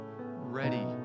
ready